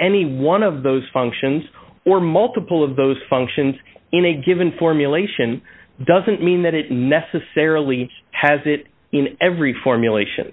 any one of those functions or multiple of those functions in a given formulation doesn't mean that it necessarily has it in every formulation